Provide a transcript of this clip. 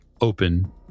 open